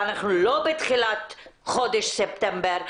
ואנחנו לא בתחילת חודש ספטמבר,